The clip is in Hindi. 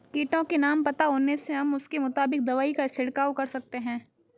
कीटों के नाम पता होने से हम उसके मुताबिक दवाई का छिड़काव कर सकते हैं